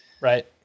Right